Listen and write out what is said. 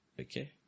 Okay